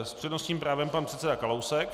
S přednostním právem pan předseda Kalousek.